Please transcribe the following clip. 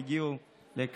והם הגיעו לכאן,